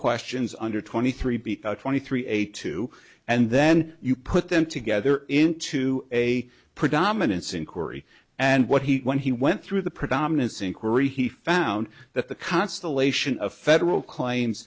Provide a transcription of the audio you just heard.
questions under twenty three twenty three a two and then you put them together into a predominance inquiry and what he when he went through the predominance inquiry he found that the constellation of federal claims